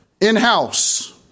in-house